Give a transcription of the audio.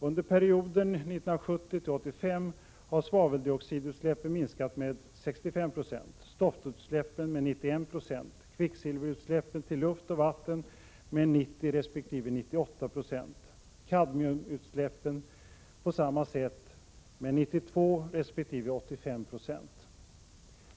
Under perioden 1970-1985 har svaveloxidutsläppen minskat med 65 96, stoftutsläppen med 91 96, kvicksilverutsläppen till luft och vatten har minskat med 90 resp. 98 76. Kadmiumutsläppen på samma sätt med 92 resp. 85 Ho.